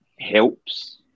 helps